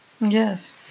yes